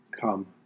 Come